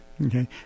Okay